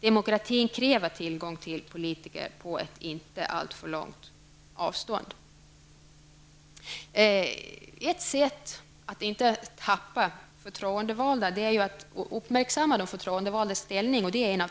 Demokratin kräver tillgång till politiker på ett inte alltför långt avstånd. En av tankarna bakom den nya lagen är att fästa uppmärksamhet på de förtroendevaldas ställning.